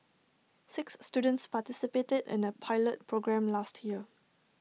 six students participated in A pilot programme last year